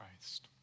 Christ